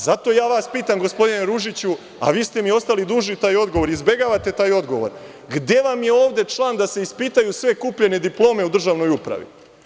Zato ja vas pitam, gospodine Ružiću, a vi ste mi ostali dužni taj odgovor, izbegavate taj odgovor, gde vam je ovde član da se ispitaju sve kupljene diplome u državnoj upravi?